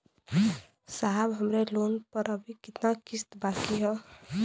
साहब हमरे लोन पर अभी कितना किस्त बाकी ह?